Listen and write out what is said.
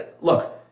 look